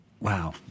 wow